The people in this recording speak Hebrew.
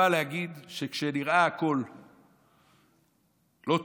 מגילת אסתר באה להגיד שכשהכול נראה לא טוב,